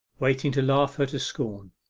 waiting to laugh her to scorn.